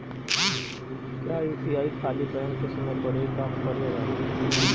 क्या यू.पी.आई खाली बैंक के समय पर ही काम करेला?